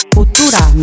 Futura